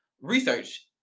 research